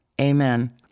Amen